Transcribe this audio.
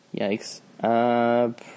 Yikes